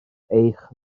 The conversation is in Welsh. eich